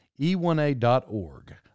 e1a.org